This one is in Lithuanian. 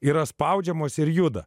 yra spaudžiamos ir juda